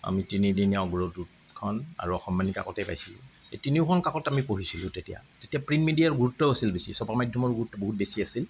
আমি তিনিদিনীয়া অগ্ৰদূতখন আৰু অসমবাণী কাকতেই পাইছিলোঁ এই তিনিওখন কাকতেই আমি পঢ়িছিলোঁ তেতিয়া তেতিয়া প্ৰিণ্ট মিডিয়াৰ গুৰুত্বও আছিল বেছি ছপা মাধ্যমৰ গুৰুত্ব বহুত বেছি অছিল